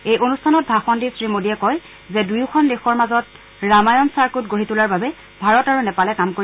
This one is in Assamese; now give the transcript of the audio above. এই অনুষ্ঠানত ভাষণ দি শ্ৰীমোডীয়ে কয় যে দুয়োখন দেশৰ মাজত ৰামায়ণ চাৰ্কুট গঢ়ি তোলাৰ বাবে ভাৰত আৰু নেপালে কাম কৰিব